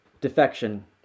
Defection